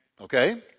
Okay